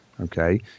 Okay